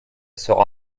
sera